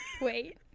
Wait